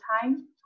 time